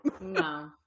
No